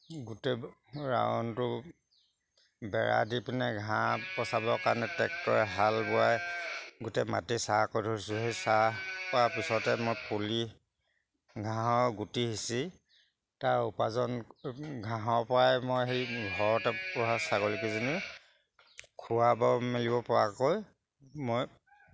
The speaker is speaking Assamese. গোটেই ৰাউণ্ডটো বেৰা দি পিনে ঘাঁহ পচাবৰ কাৰণে ট্ৰেক্টৰে হাল বোৱাই গোটেই মাটি চাহ কৰি থৈছোঁ সেই চাহ কৰাৰ পিছতে মই পুলি ঘাঁহৰ গুটি সিঁচি তাৰ উপাৰ্জন ঘাঁহৰ পৰাই মই সেই ঘৰতে পোহা ছাগলীকেইজনী খোৱাব মেলিব পৰাকৈ মই